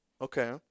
Okay